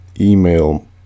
email